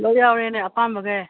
ꯂꯣꯏ ꯌꯥꯎꯔꯦꯅꯦ ꯑꯄꯥꯝꯕꯈꯩ